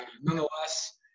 nonetheless